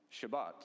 Shabbat